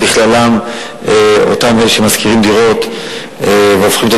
ובכללם אלה שמשכירים דירות והופכים את